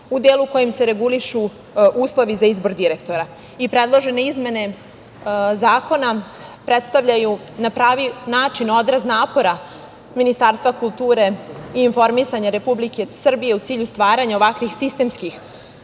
u delu kojim se regulišu uslovi za izbor direktora. Predložene izmene zakona predstavljaju na pravi način odraz napora Ministarstva kulture i informisanja Republike Srbije u cilju stvaranja ovakvih sistemskih